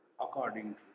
according